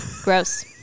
Gross